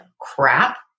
crap